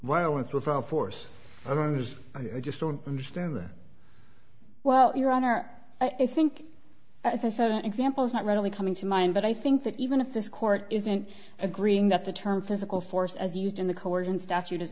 violence without force i don't as i just don't understand that well your honor i think as i said an example is not really coming to mind but i think that even if this court isn't agreeing that the term physical force as used in the coercion statute